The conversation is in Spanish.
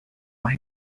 más